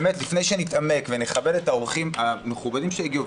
באמת לפני שנתעמק ונכבד את האורחים המכובדים שהגיעו,